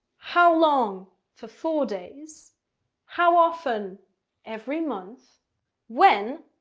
how long for four days how often every month when?